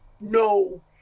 no